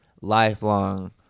lifelong